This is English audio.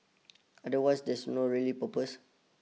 otherwise there's no really purpose